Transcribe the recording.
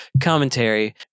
commentary